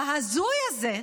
ההזוי הזה,